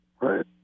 Right